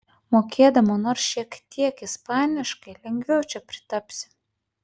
mokėdama nors šiek tiek ispaniškai lengviau čia pritapsi